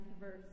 verse